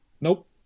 Nope